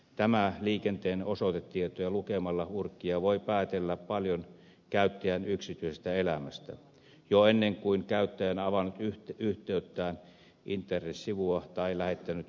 tämän liikenteen osoitetietoja lukemalla urkkija voi päätellä paljon käyttäjän yksityisestä elämästä jo ennen kuin käyttäjä on avannut yhteyttään internetsivua tai lähettänyt viestiäkään